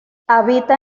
habita